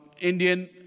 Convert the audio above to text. Indian